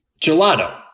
Gelato